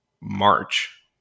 March